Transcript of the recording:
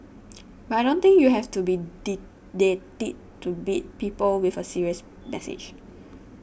but I don't think you have to be didactic to beat people with a serious message